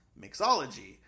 mixology